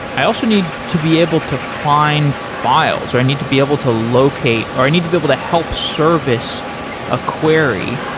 i also need to be able to find files or i need to be able to locate or i need to be able to help service a query.